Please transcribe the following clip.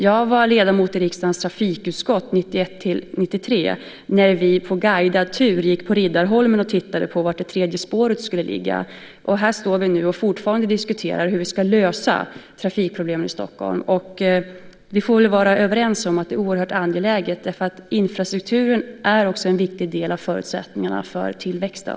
Jag var ledamot i riksdagens trafikutskott 1991-1993, när vi gick på guidad tur på Riddarholmen och tittade på var det tredje spåret skulle ligga. Här står vi nu fortfarande och diskuterar hur vi ska lösa trafikproblemen i Stockholm. Vi får väl vara överens om att det är oerhört angeläget. Infrastrukturen är också en viktig del av förutsättningarna för tillväxten.